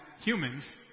humans